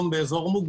ברירת המחדל היא לא